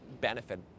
benefit